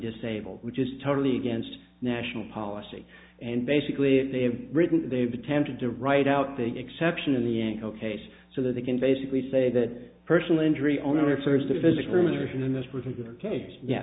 disabled which is totally against national policy and basically they have written they have attempted to write out the exception of the ankle case so that they can basically say that personal injury owner first of physical ruination in this particular case ye